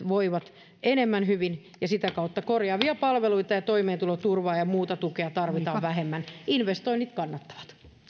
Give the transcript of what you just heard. voivat enemmän hyvin ja sitä kautta korjaavia palveluita ja toimeentuloturvaa ja ja muuta tukea tarvitaan vähemmän investoinnit kannattavat